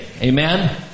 Amen